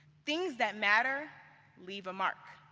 things that matter leave a mark.